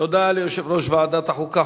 תודה ליושב-ראש ועדת החוקה,